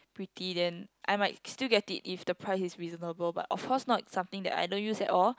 pretty then I might still get it if the price is reasonable but of course not something that I don't use at all